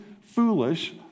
foolish